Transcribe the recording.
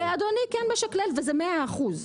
ואדוני כן משקלל ואין בעיה עם זה.